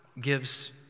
gives